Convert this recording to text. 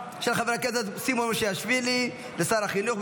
של חבר הכנסת סימון מושיאשוילי לשר החינוך,